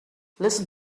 listen